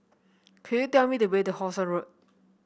could you tell me the way to How Sun Road